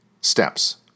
steps